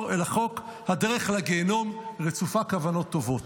אלא חוק הדרך לגיהינום רצופה כוונות טובות.